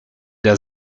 der